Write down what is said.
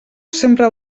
sempre